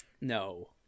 No